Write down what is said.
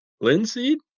Linseed